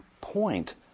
point